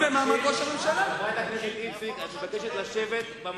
חברת הכנסת איציק, את מתבקשת לשבת.